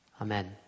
Amen